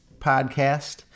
podcast